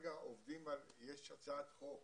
יש הצעת חוק